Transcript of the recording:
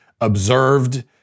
observed